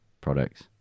products